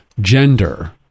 Gender